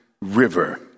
River